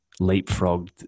leapfrogged